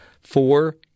four